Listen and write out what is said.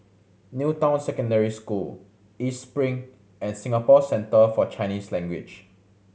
New Town Secondary School East Spring and Singapore Centre For Chinese Language